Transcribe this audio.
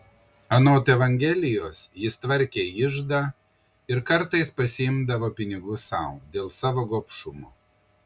anot evangelijos jis tvarkė iždą ir kartais pasiimdavo pinigų sau dėl savo gobšumo